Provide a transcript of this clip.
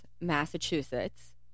massachusetts